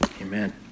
Amen